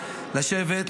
לשבת,